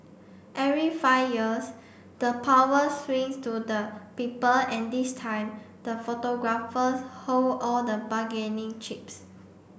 every five years the power swings to the people and this time the photographers hold all the bargaining chips